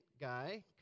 guy